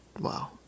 Wow